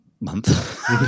month